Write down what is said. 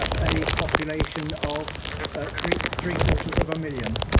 ah a population of three three quarters of a million.